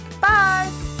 bye